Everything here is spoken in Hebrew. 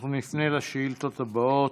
אנחנו נפנה לשאילתות הבאות.